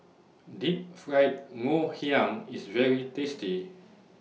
Deep Fried Ngoh Hiang IS very tasty